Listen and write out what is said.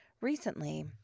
recently